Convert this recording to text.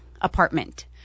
apartment